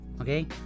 okay